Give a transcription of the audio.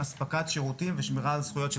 הספקת שירותים ושמירה על זכויות של